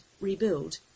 rebuild